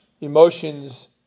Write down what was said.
emotions